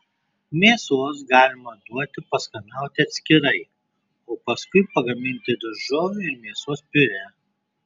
mėsos galima duoti paskanauti atskirai o paskui pagaminti daržovių ir mėsos piurė